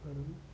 వారు